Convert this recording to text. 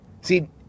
See